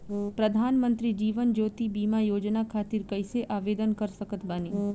प्रधानमंत्री जीवन ज्योति बीमा योजना खातिर कैसे आवेदन कर सकत बानी?